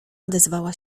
odezwała